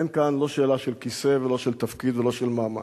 אין כאן לא שאלה של כיסא ולא של תפקיד ולא של מעמד.